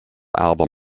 album